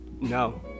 No